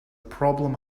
problem